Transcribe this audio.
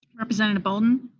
representative bolden?